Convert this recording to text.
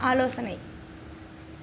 ஆலோசனை